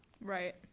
Right